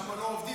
שם לא עובדים.